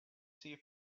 sea